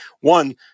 one